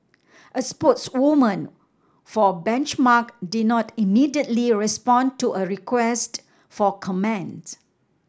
a spokeswoman for Benchmark did not immediately respond to a request for comment